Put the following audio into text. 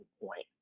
point